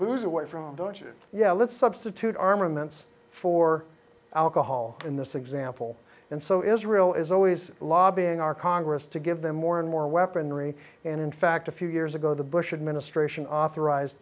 booze away from the jews yeah let's substitute armaments for alcohol in this example and so israel is always lobbying our congress to give them more and more weaponry and in fact a few years ago the bush administration authorize